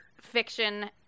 fiction